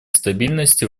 стабильности